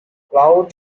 cloud